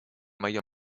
моем